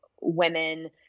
women